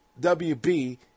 WB